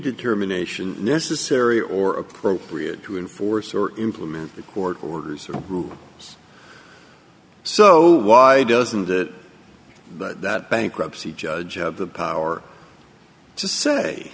determination necessary or appropriate to enforce or implement the court orders so why doesn't it but that bankruptcy judge of the power to say